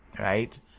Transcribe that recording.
right